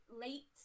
late